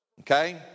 okay